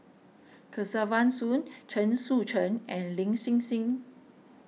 Kesavan Soon Chen Sucheng and Lin Hsin Hsin